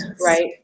right